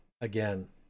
again